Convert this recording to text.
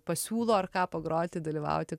pasiūlo ar ką pagroti dalyvauti